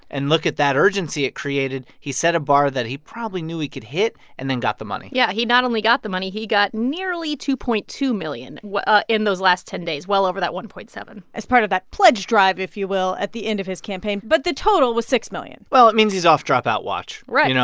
and look at that urgency it created. he set a bar that he probably knew he could hit and then got the money yeah. he not only got the money. he got nearly two point two million in those last ten days well over that one point seven point as part of that pledge drive, if you will, at the end of his campaign. but the total was six million well, it means he's off dropout watch right you know?